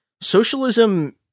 socialism